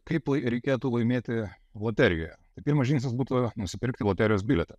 kaip reikėtų laimėti loterijoje tai pirmas žingsnis būtų nusipirkti loterijos bilietą